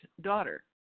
daughter